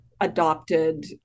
adopted